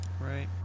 Right